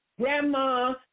grandma